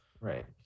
right